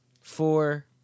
Four